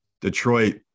Detroit